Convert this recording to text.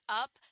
up